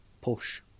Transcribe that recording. push